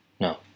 No